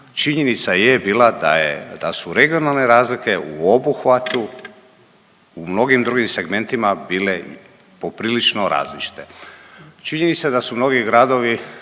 činjenica je bila da su regionalne razlike u obuhvatu u mnogim drugim segmentima bile poprilično različite. Činjenica da su mnogi gradovi